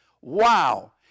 Wow